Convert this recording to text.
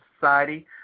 Society